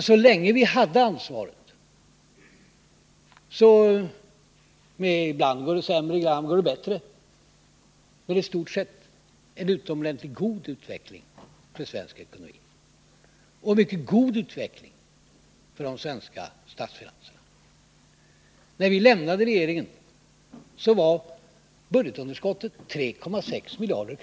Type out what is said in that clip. Ibland gick det sämre, och ibland gick det bättre, men så länge vi hade ansvaret utvecklades svensk ekonomi och de svenska statsfinanserna på ett i stort sett gott sätt. När vi lämnade regeringen var budgetunderskottet 3,6 miljarder.